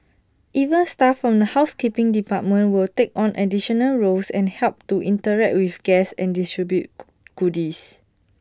even staff from the housekeeping department will take on additional roles and help to interact with guests and distribute goodies